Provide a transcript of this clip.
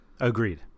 Agreed